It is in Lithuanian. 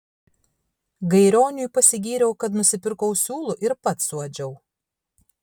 gairioniui pasigyriau kad nusipirkau siūlų ir pats suadžiau